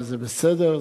וזה בסדר,